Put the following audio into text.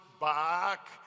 back